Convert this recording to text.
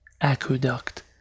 aqueduct